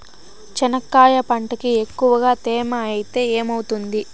చెనక్కాయ పంటకి ఎక్కువగా తేమ ఐతే ఏమవుతుంది?